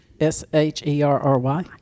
S-H-E-R-R-Y